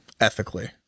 ethically